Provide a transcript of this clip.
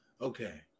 Okay